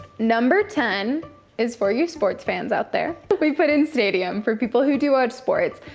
number ten is for you sports fans out there. but we put in stadium for people who do watch sports.